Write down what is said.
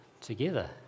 together